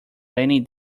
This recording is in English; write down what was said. rainy